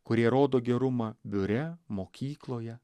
kurie rodo gerumą biure mokykloje